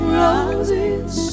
roses